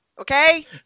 Okay